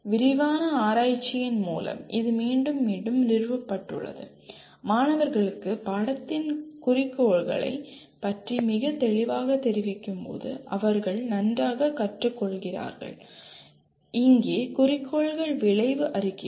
விரிவான ஆராய்ச்சியின் மூலம் இது மீண்டும் மீண்டும் நிறுவப்பட்டுள்ளது மாணவர்களுக்கு பாடத்தின் குறிக்கோள்களைப் பற்றி மிகத் தெளிவாகத் தெரிவிக்கும்போது அவர்கள் நன்றாகக் கற்றுக்கொள்கிறார்கள் இங்கே குறிக்கோள்கள் விளைவு அறிக்கைகள்